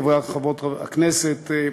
חברי הכנסת,